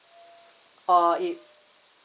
or you